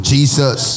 Jesus